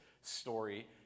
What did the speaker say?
story